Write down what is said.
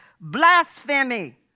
Blasphemy